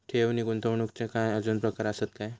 ठेव नी गुंतवणूकचे काय आजुन प्रकार आसत काय?